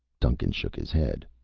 duncan shook his head.